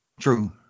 True